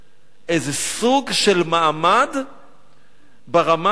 איזה סוג של מעמד ברמה הלאומית.